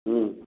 ହୁଁ